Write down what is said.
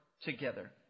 together